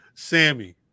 Sammy